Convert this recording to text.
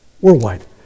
Worldwide